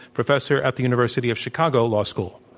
professor at the university of chicago law school.